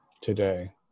today